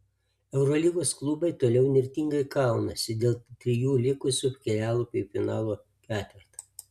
eurolygos klubai toliau įnirtingai kaunasi dėl trijų likusių kelialapių į finalo ketvertą